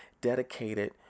dedicated